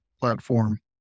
platform